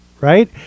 Right